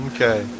Okay